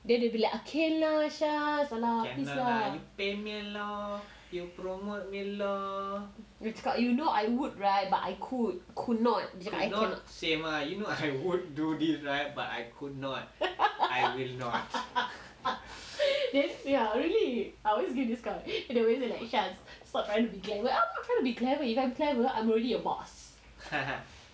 then they will be like oh can lah shah you know I would right but I could could not I cannot ya sia really I always give this kind of then they will say shan stop trying to be clever I'm not trying to be clever if I'm clever I'm already your boss